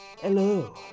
Hello